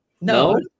No